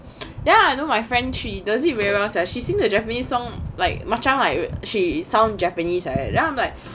ya I know my friend she does it very well she sing the japanese song like macam like she sound japanese eh then I'm like